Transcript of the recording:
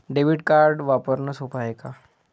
Debit card वापरणं सोप हाय का?